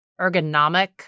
ergonomic